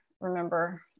remember